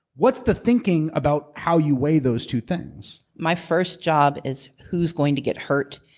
what's the thinking about how you weigh those two things? my first job is who's going to get hurt,